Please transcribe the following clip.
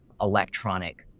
electronic